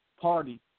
party